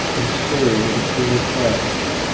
and stared at a string of flags.